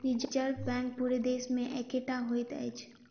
reserve Bank पूरा देश मे एकै टा होइत अछि